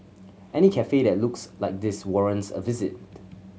any cafe that looks like this warrants a visit